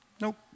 Nope